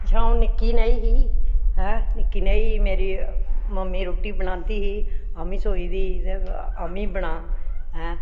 जेहकी अज्जे दी टेकनालजी ऐ ओहदे बिच अज्जे दी जेहकी नमीं टेकनाालजी ऐ ओह्दे बिच जेहकियां साढ़ी